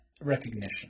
recognition